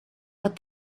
what